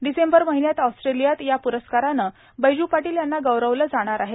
डिसेंबर महिन्यात ऑस्ट्रेलियात या प्रस्कारानं बैजू यांना गौरवलं जाणार आहे